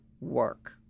work